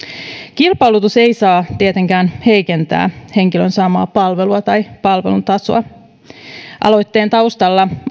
kilpailutus ei saa tietenkään heikentää henkilön saamaa palvelua tai palvelun tasoa aloitteen taustalla